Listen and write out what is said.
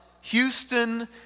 Houston